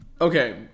Okay